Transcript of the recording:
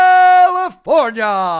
California